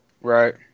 Right